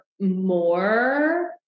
more